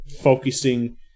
focusing